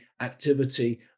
activity